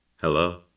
Hello